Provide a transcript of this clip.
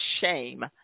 shame